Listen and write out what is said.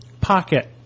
pocket